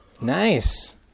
Nice